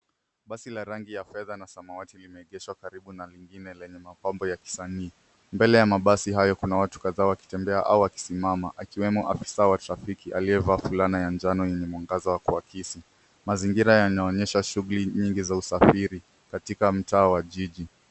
Basi la rangi ya fedha na samawati limeegeshwa karibu na lingine lenye mapambo ya kisanii. Mbele ya mabasi haya kuna watu kadhaa wakitembea au wakisimama akiwemo afisa wa trafiki aliyevaa fulana ya njano yenye mwangaza wa kuakisi. Mazingira yanaonyesha shughuli nyingi za usafiri katika mtaa wa jiji.